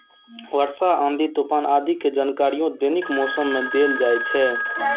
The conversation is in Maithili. वर्षा, आंधी, तूफान आदि के जानकारियो दैनिक मौसम मे देल जाइ छै